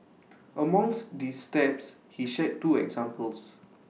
amongst these steps he shared two examples